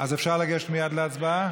אז אפשר לגשת מייד להצבעה?